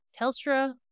telstra